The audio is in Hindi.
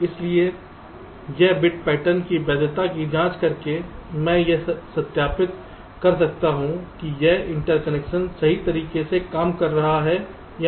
इसलिए इस बिट पैटर्न की वैधता की जांच करके मैं यह सत्यापित कर सकता हूं कि यह इंटरकनेक्शन सही तरीके से काम कर रहा है या नहीं